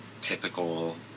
typical